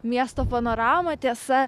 miesto panoramą tiesa